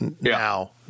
now